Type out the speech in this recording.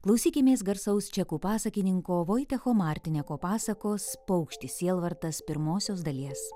klausykimės garsaus čekų pasakininko vaiteko martineko pasakos paukštis sielvartas pirmosios dalies